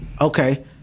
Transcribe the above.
Okay